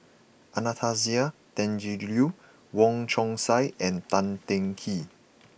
Anastasia Tjendri Liew Wong Chong Sai and Tan Teng Kee